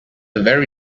very